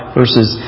verses